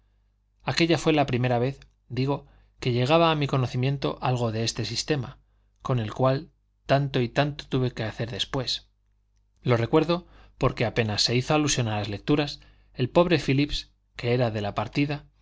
aquélla fué la primera vez digo que llegaba a mi conocimiento algo de este sistema con el cual tanto y tanto tuve que hacer después lo recuerdo porque apenas se hizo alusión a las lecturas el pobre phillips que era de la partida